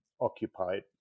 occupied